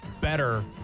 better